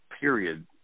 period